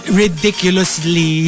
ridiculously